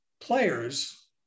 players